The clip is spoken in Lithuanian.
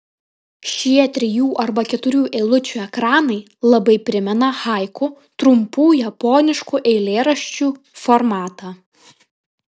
šie trijų arba keturių eilučių ekranai labai primena haiku trumpų japoniškų eilėraščių formatą